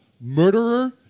murderer